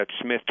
Smith